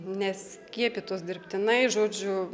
neskiepytos dirbtinai žodžiu